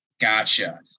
Gotcha